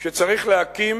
שצריך להקים